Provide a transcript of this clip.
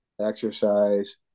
exercise